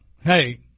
hey